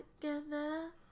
together